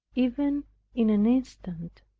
even in an instant,